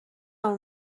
اون